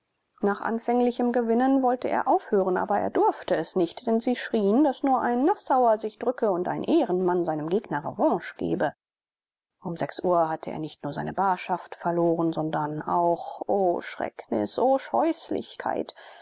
nach anfänglichem gewinnen wollte er aufhören aber er durfte es nicht denn sie schrien daß nur ein nassauer sich drücke und ein ehrenmann seinem gegner revanche gebe um sechs uhr hatte er nicht nur seine barschaft verloren sondern auch o schrecknis o scheußlichkeit